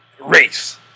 race